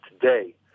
Today